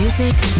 Music